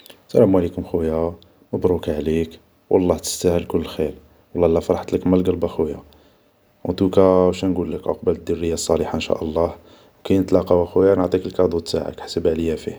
سلام عليكم خويا, مبروك عليك, و الله تستاهل كل خير, و الله ايلا فرحتلك من القلب ا خويا, اون تو كا شا نقولك عقبة للدرية الصالحة نشاء الله, كي نتلاقاو خويا نعطيك كادو تاعك حسب عليا فيه